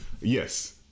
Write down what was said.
Yes